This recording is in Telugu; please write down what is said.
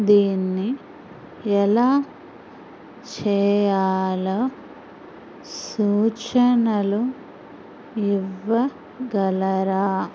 దీన్ని ఎలా చేయాలో సూచనలు ఇవ్వగలరా